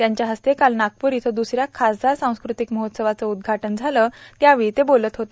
त्यांच्या हस्ते काल नागपूर इथं द्सऱ्या खासदार सांस्कृतिक महोत्सवाचं उद्घाटन झालं त्यावेळी ते बोलत होते